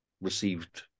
received